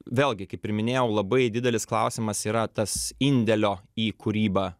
vėlgi kaip ir minėjau labai didelis klausimas yra tas indėlio į kūrybą